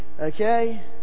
Okay